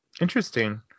interesting